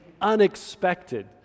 unexpected